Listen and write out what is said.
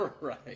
Right